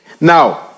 Now